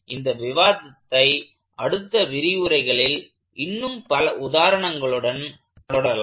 இந்த விவாதத்தை அடுத்த விரிவுரைகளில் இன்னும் பல உதாரணங்களுடன் தொடரலாம்